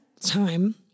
time